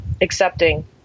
accepting